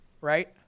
right